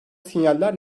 sinyaller